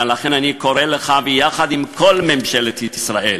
ולכן אני קורא לך יחד עם כל ממשלת ישראל